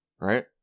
right